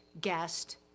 guest